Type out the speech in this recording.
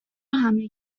همهی